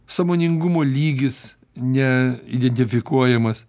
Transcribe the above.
sąmoningumo lygis ne identifikuojamas